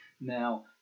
now